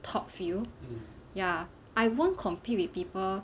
top few ya I won't compete with people